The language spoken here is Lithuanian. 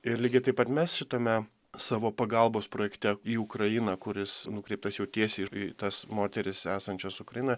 ir lygiai taip pat mes šitame savo pagalbos projekte į ukrainą kuris nukreiptas jau tiesiai į tas moteris esančias ukrainoj